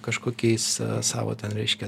kažkokiais savo ten reiškia